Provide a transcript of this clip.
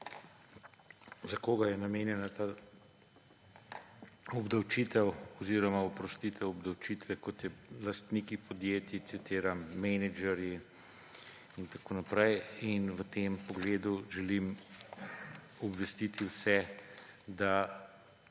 za koga je namenjena ta obdavčitev oziroma oprostitev obdavčitve, kot je lastniki podjetji, citiram, »menedžerji in tako naprej«. In v tem pogledu želim obvestiti vse, da